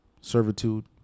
servitude